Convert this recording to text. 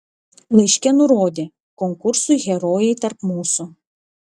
laiške nurodė konkursui herojai tarp mūsų